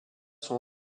sont